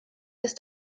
ist